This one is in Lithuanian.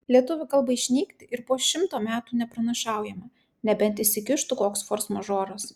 lietuvių kalbai išnykti ir po šimto metų nepranašaujama nebent įsikištų koks forsmažoras